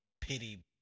pity